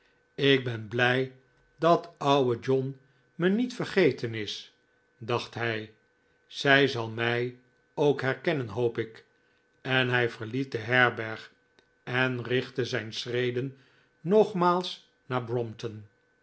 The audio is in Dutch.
ik ben blij dat ouwe john me niet vergeten is dacht hij zij zal mij ook herkennen hoop ik en hij verliet de herberg en richtte zijn schreden nogmaals naar